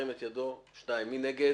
מי נגד?